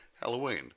Halloween